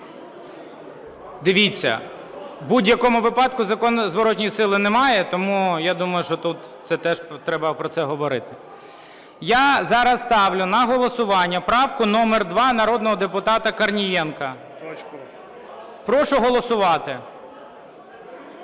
Дивіться, в будь-якому випадку закон зворотної сили не має, тому я думаю, що тут теж треба про це говорити. Я зараз ставлю на голосування правку номер 2 народного депутата Корнієнка. Прошу голосувати.